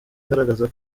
agaragaza